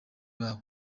babo